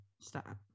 Stop